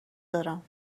دارم